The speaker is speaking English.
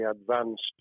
advanced